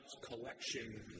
collection